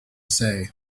say